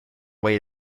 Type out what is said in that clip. wait